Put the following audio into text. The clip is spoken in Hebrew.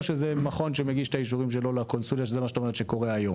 או שזה כמו שקורה היום,